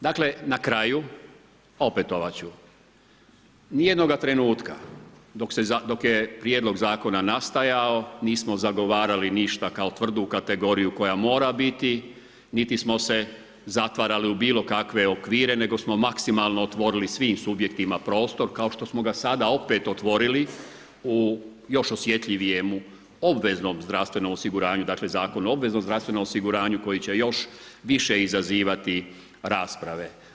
Dakle, na kraju opetovat ću, nijednoga trenutka dok je prijedlog zakona nastajao nismo zagovarali ništa kao tvrdu kategoriju koja mora biti niti smo se zatvarali u bilokakve okvire nego smo maksimalno otvorili svim subjektima prostor kao što smo ga sada opet otvorili u još osjetljivijem obveznom zdravstvenom osiguranju, dakle Zakon o obveznom zdravstvenom osiguranju koji će još više izazivati rasprave.